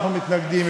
אנחנו מתנגדים.